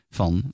van